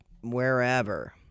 wherever